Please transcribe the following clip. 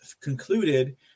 concluded